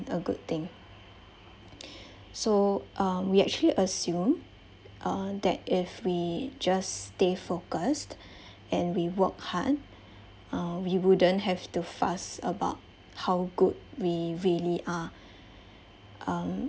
a good thing so uh we actually assume uh that if we just stay focused and we work hard uh we wouldn't have to fuss about how good we really are um